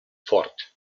fort